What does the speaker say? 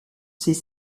ses